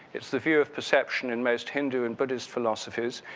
it's the view of perception in most hindu and british philosophers.